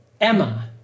Emma